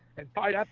and find out.